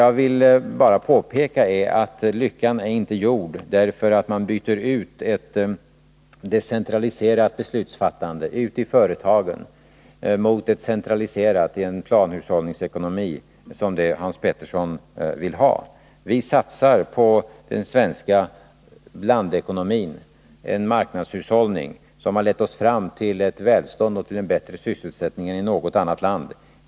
Jag vill bara påpeka att lyckan inte är gjord därför att man byter ut ett decentraliserat beslutsfattande ute i företagen mot ett centraliserat i en planhushållningsekonomi, som Hans Petersson vill ha. Vi satsar på den svenska blandekonomin. Det är en marknadsekonomi som har lett oss fram till ett högt välstånd och en bättre sysselsättning än i något annat land.